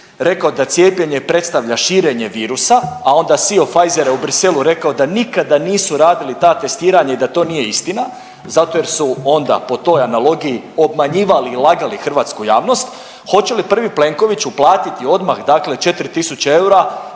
rekao da cijepljenje predstavlja širenje virusa, a onda CEO Pfizer je u Bruxellesu rekao da nikada nisu radili ta testiranja i da to nije istina zato jer su onda po toj analogiji obmanjivali i lagali hrvatsku javnost. Hoće li prvi Plenković uplatiti odmah dakle 4.000 eura